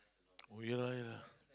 ya lah ya lah